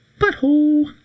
butthole